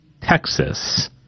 Texas